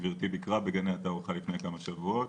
גברתי ביקרה בגני התערוכה לפני כמה שבועות,